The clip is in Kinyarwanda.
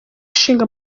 ishinga